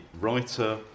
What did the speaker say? writer